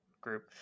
group